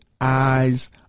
eyes